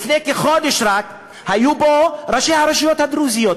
לפני רק כחודש היו פה ראשי הרשויות הדרוזיות.